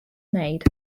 made